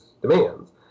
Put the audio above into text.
demands